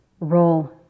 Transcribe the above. roll